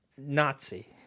Nazi